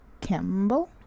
campbell